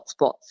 hotspots